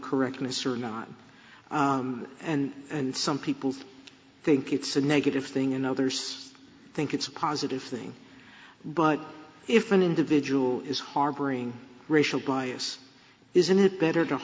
correctness or not and some people think it's a negative thing and others think it's a positive thing but if an individual is harboring racial bias isn't it better t